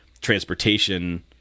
transportation